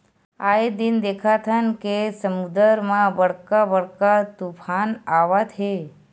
आए दिन देखथन के समुद्दर म बड़का बड़का तुफान आवत हे